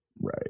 Right